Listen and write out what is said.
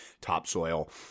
topsoil